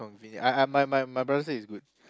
conve~ I I my my my brother say is good